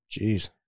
Jeez